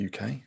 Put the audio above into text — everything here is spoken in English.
UK